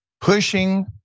pushing